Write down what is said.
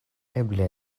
eble